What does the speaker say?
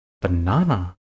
Banana